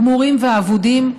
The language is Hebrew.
גמורים ואבודים.